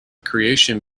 creation